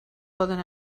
poden